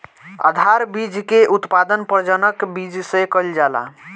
आधार बीज के उत्पादन प्रजनक बीज से कईल जाला